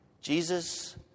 Jesus